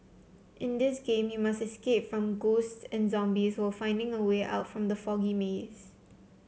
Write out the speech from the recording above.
in this game you must escape from ghosts and zombies while finding the way out from the foggy maze